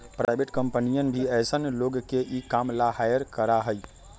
private कम्पनियन भी ऐसन लोग के ई काम ला हायर करा हई